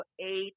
eight